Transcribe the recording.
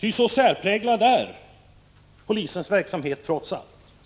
Ty så särpräglad är polisens verksamhet trots allt,